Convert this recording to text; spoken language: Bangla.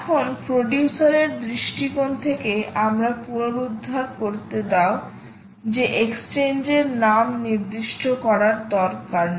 একজন প্রডিউসার এর দৃষ্টিকোণ থেকে আমাকে পুনরুদ্ধার করতে দাও যে এক্সচেঞ্জের নাম নির্দিষ্ট করার দরকার নেই